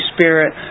Spirit